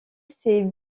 ces